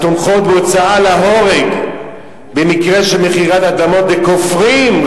התומכות בהוצאה להורג במקרה של מכירת אדמות לכופרים,